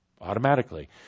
automatically